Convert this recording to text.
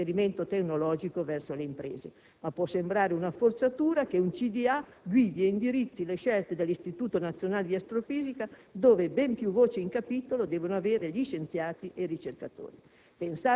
è il trasferimento tecnologico verso le imprese; ma può sembrare una forzatura che un consiglio di amministrazione guidi e indirizzi le scelte dell'Istituto nazionale di astrofisica, dove ben più voce in capitolo devono avere gli scienziati e i ricercatori.